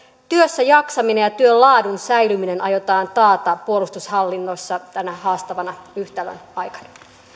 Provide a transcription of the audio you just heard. työssäjaksaminen ja työn laadun säilyminen aiotaan taata puolustushallinnossa tämän haastavan yhtälön aikana